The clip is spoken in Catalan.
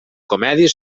comèdia